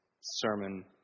sermon